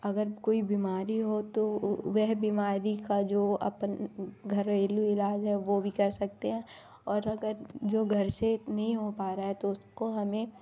अगर कोई बीमारी हो तो वह बीमारी का जो अपन घरेलू ईलाज़ है वह भी कर सकते हैं और अगर जो घर से नहीं हो पा रहा है तो उसको हमें